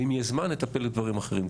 אם יהיה זמן, נטפל בדברים אחרים.